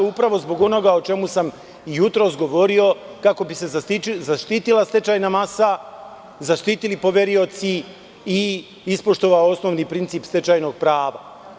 Upravo zbog onoga o čemu sam jutros govorio, kako bi se zaštitila stečajna masa, zaštitili poverioci i ispoštovao osnovni princip stečajnog prava.